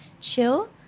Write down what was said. chill